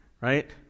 right